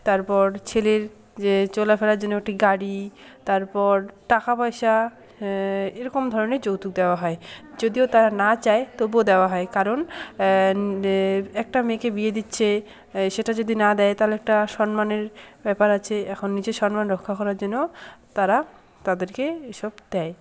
তারপর ছেলের যে চলাফেরার জন্য একটি গাড়ি তারপর টাকা পয়সা এরকম ধরনের যৌতুক দেওয়া হয় যদিও তারা না চায় তবুও দেওয়া হয় কারণ একটা মেয়েকে বিয়ে দিচ্ছে সেটা যদি না দেয় তাহলে একটা সম্মানের ব্যাপার আছে এখন নিজে সম্মান রক্ষা করার জন্য তারা তাদেরকে এই সব দেয়